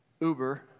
Uber